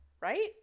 right